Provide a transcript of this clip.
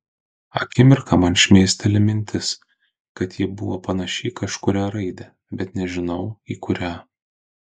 akimirką man šmėsteli mintis kad ji buvo panaši į kažkurią raidę bet nežinau į kurią